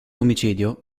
omicidio